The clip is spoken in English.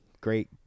Great